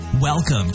Welcome